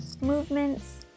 movements